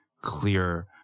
clear